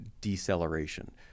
deceleration